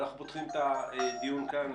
אנחנו פותחים את הדיון כאן.